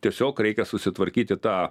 tiesiog reikia susitvarkyti tą